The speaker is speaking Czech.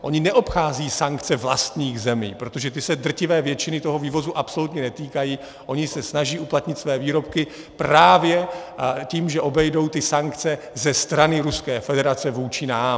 oni neobcházejí sankce vlastních zemí, protože ty se drtivé většiny vývozu absolutně netýkají, oni se snaží uplatnit své výrobky právě tím, že obejdou ty sankce ze strany Ruské federace vůči nám.